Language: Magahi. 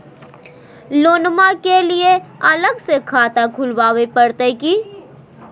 लोनमा के लिए अलग से खाता खुवाबे प्रतय की?